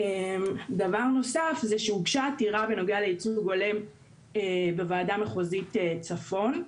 דבר נוסף זה שהוגשה עתירה בנוגע לייצוג הולם בוועדה מחוזית צפון.